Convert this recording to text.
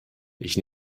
ich